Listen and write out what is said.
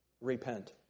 Repent